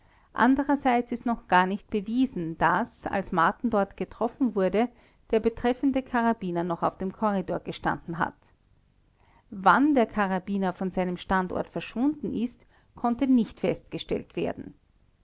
andererseits ist noch gar nicht bewiesen daß als marten dort getroffen wurde der betreffende karabiner noch auf dem korridor gestanden hat wann der karabiner von seinem standort verschwunden ist konnte nicht festgestellt werden